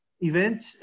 event